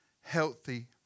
healthy